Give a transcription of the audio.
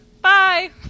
Bye